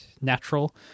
natural